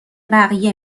بقیه